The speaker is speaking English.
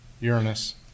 Uranus